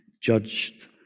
judged